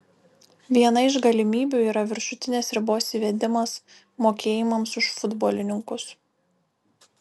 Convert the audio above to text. viena iš galimybių yra viršutinės ribos įvedimas mokėjimams už futbolininkus